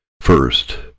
First